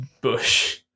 Bush